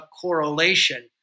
correlation